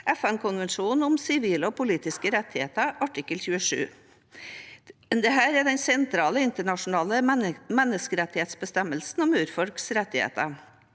FNkonvensjonen om sivile og politiske rettigheter, artikkel 27. Dette er den sentrale internasjonale menneskerettighetsbestemmelsen om urfolks rettigheter.